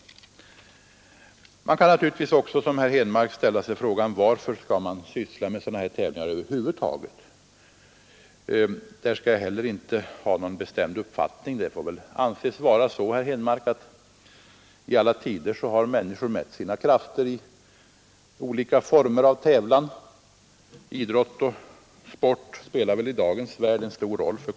Man kan naturligtvis också som herr Henmark ställa frågan varför det skall anordnas sådana här tävlingar över huvud taget. Det är ju så, herr Henmark, att i alla tider har människor mätt sina krafter i olika former av tävlingar. Idrott och sport spelar väl i dag en stor roll för de pågår.